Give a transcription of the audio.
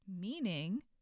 Meaning